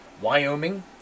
Wyoming